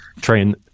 train